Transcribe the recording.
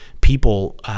people